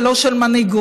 ולא של מנהיגות.